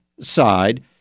side